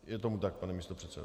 Je tomu tak, pane místopředsedo?